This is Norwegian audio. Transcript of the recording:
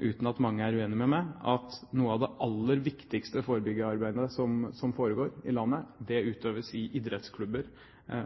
uten at mange er uenig med meg, at noe av det aller viktigste forebyggende arbeid som foregår i landet, utøves i idrettsklubber,